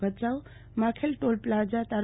ભયાઉ માખેલ toll plaza તા